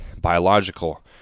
biological